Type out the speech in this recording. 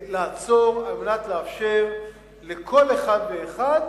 לעצור על מנת לאפשר לכל אחד ואחד